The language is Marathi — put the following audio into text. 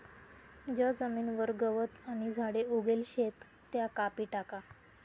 ज्या जमीनवर गवत आणि झाडे उगेल शेत त्या कापी टाका